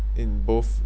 in both